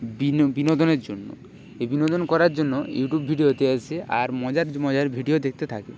বিনোদনের জন্য এই বিনোদন করার জন্য ইউটিউব ভিডিওতে এসে আর মজার মজার ভিডিও দেখতে থাকে